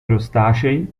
crostacei